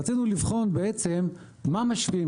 רצינו לבחון בעצם מה משווים.